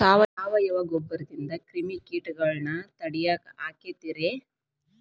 ಸಾವಯವ ಗೊಬ್ಬರದಿಂದ ಕ್ರಿಮಿಕೇಟಗೊಳ್ನ ತಡಿಯಾಕ ಆಕ್ಕೆತಿ ರೇ?